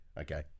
Okay